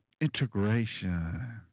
integration